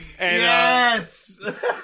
Yes